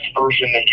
version